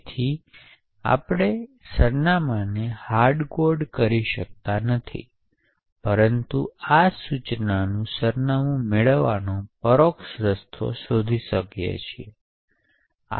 તેથી તેથી આપણે સરનામાંને હાર્ડકોડ કરી શકતા નથી પરંતુ આ સૂચનાનું સરનામું મેળવવાનો પરોક્ષ રસ્તો શોધી શકો છો